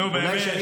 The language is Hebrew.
נו, באמת.